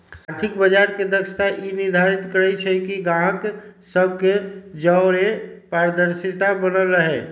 आर्थिक बजार के दक्षता ई निर्धारित करइ छइ कि गाहक सभ के जओरे पारदर्शिता बनल रहे